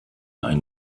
ein